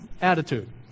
attitude